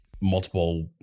multiple